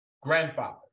grandfather